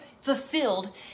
fulfilled